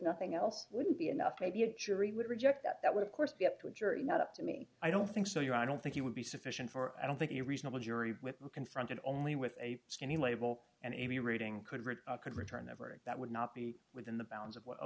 nothing else wouldn't be enough maybe a jury would reject that that would of course be up to a jury not up to me i don't think so you're i don't think you would be sufficient for i don't think a reasonable jury with confronted only with a skinny label and maybe reading could read could return every that would not be within the bounds of what a